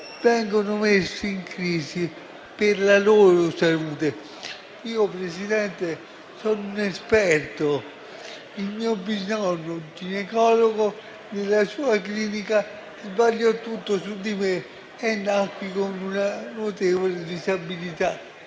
vengono messe in crisi per la loro salute. Signora Presidente, io sono un esperto: il mio bisnonno, un ginecologo, nella sua clinica sbagliò tutto su di me e nacqui con una notevole disabilità,